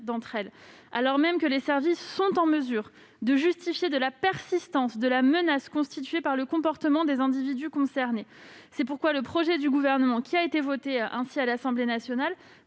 depuis 2017 -, alors même que les services sont en mesure de justifier de la persistance de la menace constituée par le comportement des individus concernés. C'est la raison pour laquelle le projet du Gouvernement qui a été voté l'Assemblée nationale